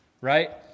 right